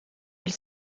elle